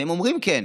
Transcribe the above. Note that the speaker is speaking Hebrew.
והם אומרים כן,